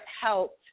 helped –